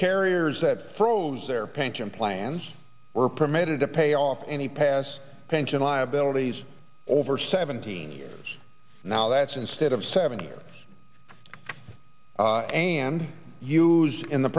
carriers that froze their pension plans were permitted to pay off any past pension liabilities over seventeen years now that's instead of seven years and used in the